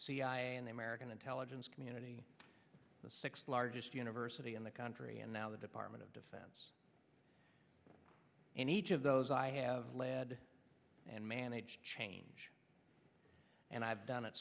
and american intelligence community the sixth largest university in the country and now the department of defense in each of those i have led and managed change and i've done it